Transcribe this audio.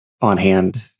on-hand